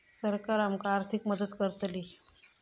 सरकार आमका आर्थिक मदत करतली?